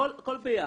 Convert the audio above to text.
הכול ביחד.